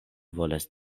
volas